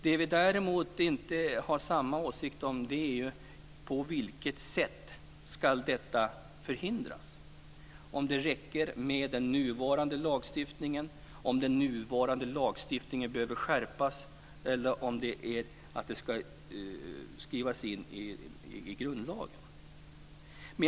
Det vi däremot inte har samma åsikt om är på vilket sätt detta ska förhindras. Räcker det med den nuvarande lagstiftningen, behöver den nuvarande lagstiftningen skärpas eller ska detta skrivas in i grundlagen?